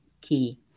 key